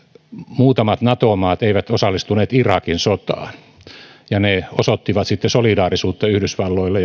muutamat nato maat eivät osallistuneet irakin sotaan ja ne osoittivat sitten solidaarisuutta yhdysvalloille